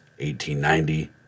1890